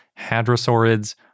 hadrosaurids